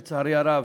לצערי הרב,